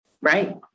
Right